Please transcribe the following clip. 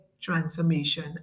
transformation